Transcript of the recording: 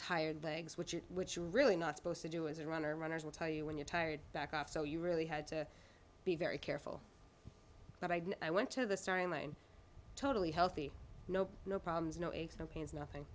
tired legs which which really not supposed to do as a runner runners will tell you when you're tired back off so you really had to be very careful what i did i went to the starting line totally healthy no no problems no aches and pains nothing